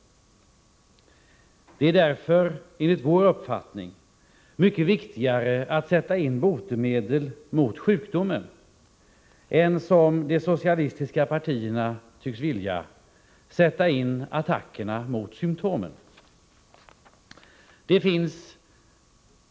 Det är därför, enligt vår uppfattning, mycket viktigare att sätta in botemedel mot sjukdomen än som de socialistiska partierna tycks vilja, nämligen sätta in attackerna mot symtomen.